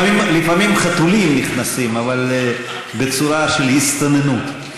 לפעמים חתולים נכנסים, אבל בצורה של הסתננות.